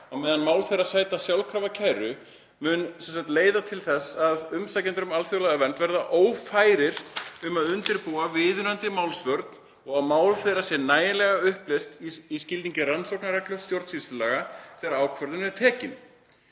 á meðan mál þeirra sæta sjálfkrafa kæru, mun leiða til þess að umsækjendur um alþjóðlega vernd verða ófærir um að undirbúa viðunandi málsvörn og að mál þeirra sé nægjanlega upplýst í skilningi rannsóknarreglu stjórnsýslulaga þegar ákvörðun er tekin.